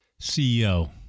CEO